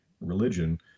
religion